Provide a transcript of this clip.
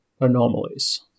anomalies